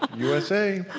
usa.